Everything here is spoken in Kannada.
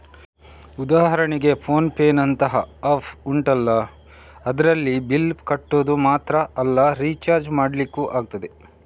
ಉದಾಹರಣೆಗೆ ಫೋನ್ ಪೇನಂತಹ ಆಪ್ ಉಂಟಲ್ಲ ಅದ್ರಲ್ಲಿ ಬಿಲ್ಲ್ ಕಟ್ಟೋದು ಮಾತ್ರ ಅಲ್ಲ ರಿಚಾರ್ಜ್ ಮಾಡ್ಲಿಕ್ಕೂ ಆಗ್ತದೆ